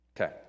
Okay